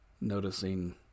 Noticing